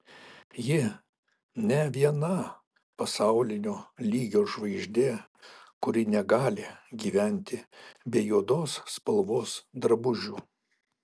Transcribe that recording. ji ne viena pasaulinio lygio žvaigždė kuri negali gyventi be juodos spalvos drabužių